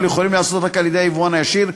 יכולים להיעשות רק על-ידי היבואן הישיר,